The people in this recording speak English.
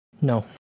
No